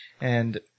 and-